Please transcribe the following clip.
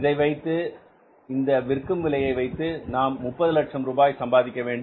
இதை வைத்து இந்த விற்கும் விலையை வைத்து நாம் 30 லட்சம் ரூபாய் சம்பாதிக்க வேண்டும்